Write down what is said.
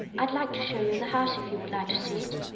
i'd like to show you the house, if you would like to see it.